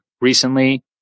recently